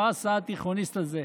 מה עשה התיכוניסט הזה?